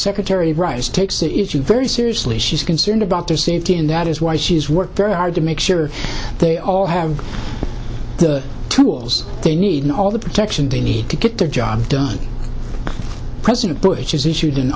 secretary rice takes if you very seriously she's concerned about their safety and that is why she's worked very hard to make sure they all have the tools they need all the protection they need to get the job done president bush has issued an